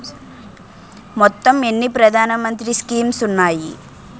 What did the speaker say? మొత్తం ఎన్ని ప్రధాన మంత్రి స్కీమ్స్ ఉన్నాయి?